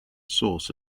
source